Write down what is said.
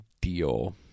deal